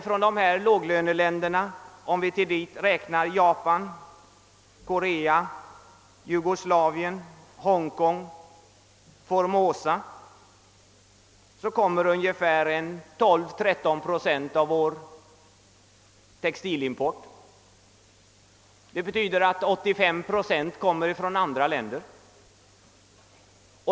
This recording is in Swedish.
Från låglöneländerna — Japan, Korea, Jugoslavien, Hongkong och Formosa — kommer ungefär 12 å 13 procent av textilimporten. Det betyder att drygt 85 procent kommer från andra länder.